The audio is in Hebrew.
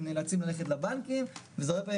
הם נאלצים ללכת לבנקים וזה הרבה פעמים